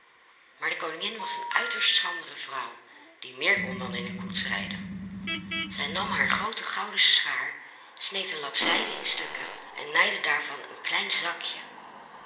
maar de koningin was een uiterst schrandere vrouw die meer kon dan in een koets rijden zij nam haar groote gouden schaar sneed een lap zijde in stukken en naaide daarvan een klein zakje